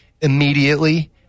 immediately